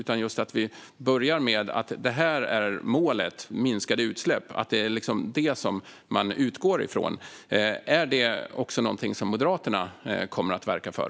Målet, minskade utsläpp, är alltså det man utgår från. Är det någonting som också Moderaterna kommer att verka för?